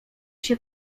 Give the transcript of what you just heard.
się